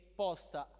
possa